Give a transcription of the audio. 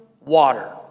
water